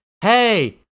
hey